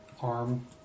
Arm